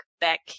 back